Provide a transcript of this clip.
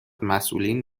مسئولین